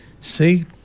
See